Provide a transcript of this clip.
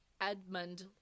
Edmund